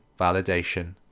validation